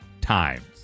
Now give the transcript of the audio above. times